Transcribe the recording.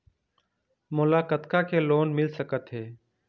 मोला कतका के लोन मिल सकत हे?